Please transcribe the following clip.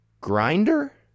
Grinder